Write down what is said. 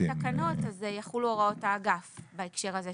תקנות אז יחולו הוראות האגף בהקשר הזה,